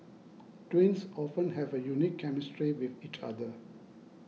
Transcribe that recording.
twins often have a unique chemistry with each other